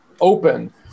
open